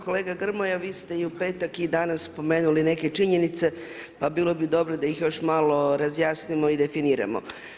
Kolega Grmoja vi ste i u petak i danas spomenuli neke činjenice, pa bilo bi dobro da ih još malo razjasnimo i definiramo.